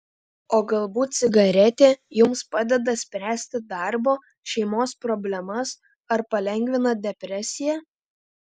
o galbūt cigaretė jums padeda spręsti darbo šeimos problemas ar palengvina depresiją